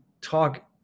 talk